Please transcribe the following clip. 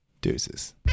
Deuces